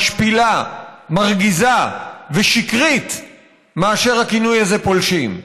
משפילה, מרגיזה ושקרית מאשר הכינוי הזה, "פולשים".